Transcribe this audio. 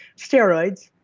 steroids,